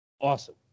Awesome